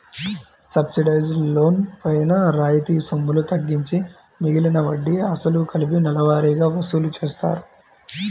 subsidised loan పైన రాయితీ సొమ్ములు తగ్గించి మిగిలిన వడ్డీ, అసలు కలిపి నెలవారీగా వసూలు చేస్తారు